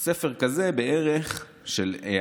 בערך ספר כזה של המלצות.